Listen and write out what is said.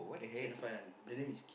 channel five one the name is